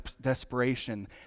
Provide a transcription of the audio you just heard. desperation